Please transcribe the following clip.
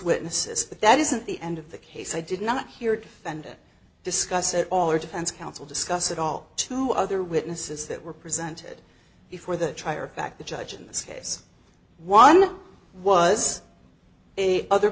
witnesses but that isn't the end of the case i did not hear defendant discuss at all or defense counsel discussed at all two other witnesses that were presented before the trial or fact the judge in this case one was a other